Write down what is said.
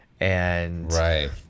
Right